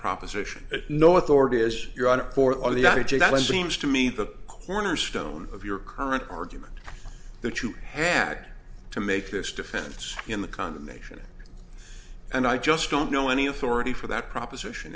proposition no authority as you're on a court of the land seems to me the cornerstone of your current argument that you have to make this defense in the condemnation and i just don't know any authority for that proposition